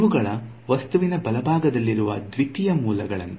ಇವುಗಳು ವಸ್ತುವಿನ ಬಲಭಾಗದಲ್ಲಿರುವ ದ್ವಿತೀಯ ಮೂಲಗಳಂತೆ